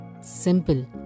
Simple